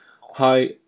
Hi